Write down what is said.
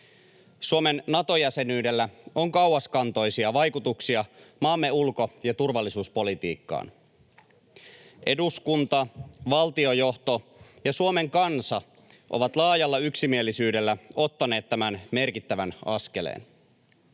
Suomen Nato-jäsenyydellä on kauaskantoisia vaikutuksia maamme ulko- ja turvallisuuspolitiikkaan. Eduskunta, valtionjohto ja Suomen kansa ovat laajalla yksimielisyydellä ottaneet tämän merkittävän askeleen.